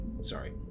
Sorry